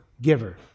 giver